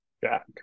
Jack